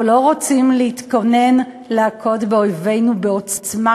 אנחנו לא רוצים להתכונן להכות באויבינו בעוצמה,